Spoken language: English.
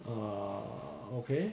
err okay